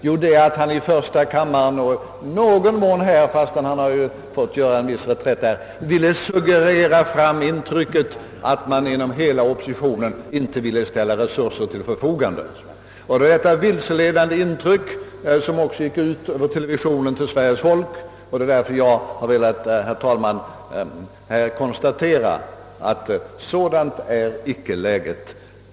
Jo, den är att han i första kammaren och i någon mån här, fastän han fått göra en viss reträtt, sökt suggerera fram intrycket att man inte inom hela oppositionen vill ställa resurser till förfogande. Det är detta försök att skapa ett vilseledande intryck — vilket också gick ut över televisionen till Sveriges folk — som gjort att jag, herr talman, velat konstatera att sådant är icke läget.